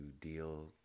deal